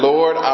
Lord